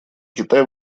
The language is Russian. китай